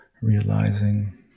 realizing